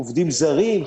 עובדים זרים,